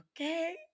okay